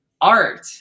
art